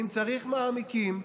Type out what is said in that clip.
מעמיקים,